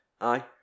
Aye